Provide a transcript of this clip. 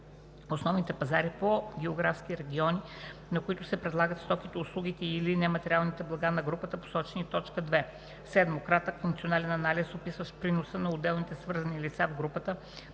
основните пазари по географски региони, на които се предлагат стоките, услугите и/или нематериалните блага на групата, посочени в т. 2; 7. кратък функционален анализ, описващ приноса на отделните свързани лица в групата